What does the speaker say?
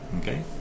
Okay